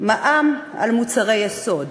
על מוצרי יסוד: